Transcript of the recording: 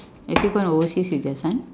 have you gone overseas with your son